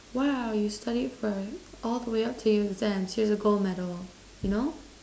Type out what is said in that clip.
!wow! you've studied for all the way up to your exams here's a gold medal you know